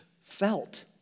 felt